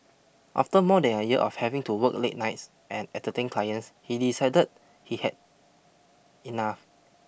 after more than a year of having to work late nights and entertain clients he decided he had enough